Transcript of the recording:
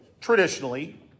traditionally